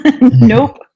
Nope